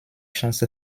chance